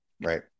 Right